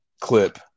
clip